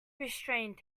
restrained